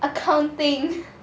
accounting